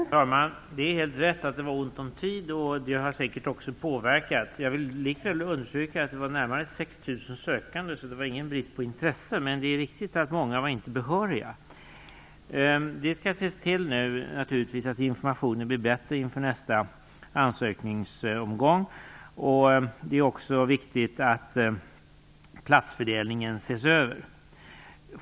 Fru talman! Det är helt rätt att det var ont om tid. Det har säkert också påverkat. Jag vill likväl understryka att det fanns närmare 6 000 sökande, så det var ingen brist på intresse. Men det är riktigt att många inte var behöriga. Det skall naturligtvis ses till att informationen blir bättre inför nästa ansökningsomgång. Det är också viktigt att platsfördelningen ses över.